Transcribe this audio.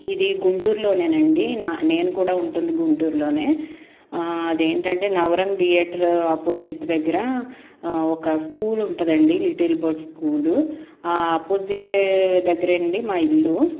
ఇది గుంటూరులోనేనండీ నే నేను కూడా ఉంటుంది గుంటూరులోనే అదేంటంటే నవరంగ్ థియేటర్ ఆపోజిట్ దగ్గర ఒక స్కూల్ ఉంటుందండి లిటిల్ బర్డ్ స్కూలు ఆపోజిటే దగ్గరండి మా ఇల్లు